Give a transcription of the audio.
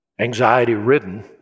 anxiety-ridden